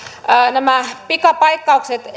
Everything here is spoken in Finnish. nämä pikapaikkaukset